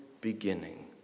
beginning